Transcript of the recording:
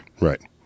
right